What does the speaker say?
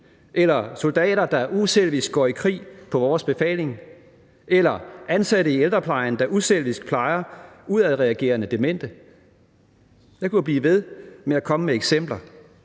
eller soldater, der uselvisk går i krig på vores befaling, eller ansatte i ældreplejen, der uselvisk plejer udadreagerende demente? Jeg kunne jo blive ved med at komme med eksempler.